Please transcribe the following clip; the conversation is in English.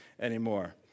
anymore